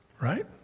Right